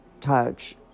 touch